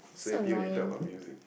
so happy when you tell about music